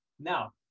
Now